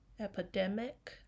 epidemic